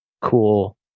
cool